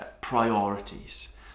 priorities